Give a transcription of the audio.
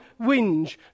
whinge